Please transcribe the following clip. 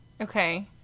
Okay